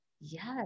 yes